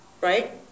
right